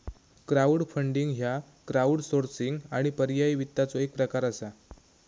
crowdfunding ह्य crowdsourcing आणि पर्यायी वित्ताचो एक प्रकार असा